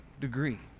degree